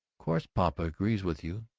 course papa agrees with you.